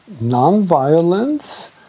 non-violence